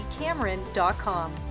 Cameron.com